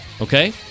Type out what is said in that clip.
okay